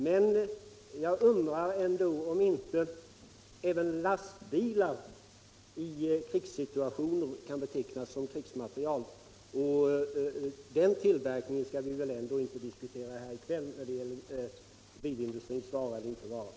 Men jag undrar ändå om inte även lastbilar i krigssituationer kan betecknas såsom krigsmateriel — och bilindustrins vara eller inte vara skall vi väl inte diskutera här i kväll?